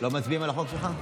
לא מצביעים על החוק שלך?